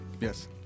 Yes